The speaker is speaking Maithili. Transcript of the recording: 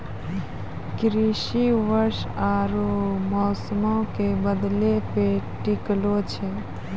कृषि वर्षा आरु मौसमो के बदलै पे टिकलो छै